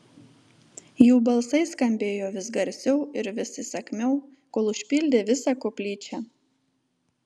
jų balsai skambėjo vis garsiau ir vis įsakmiau kol užpildė visą koplyčią